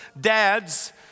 dads